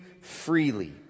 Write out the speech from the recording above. freely